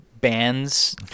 bands